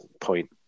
point